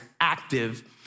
active